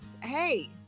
hey